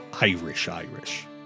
Irish-Irish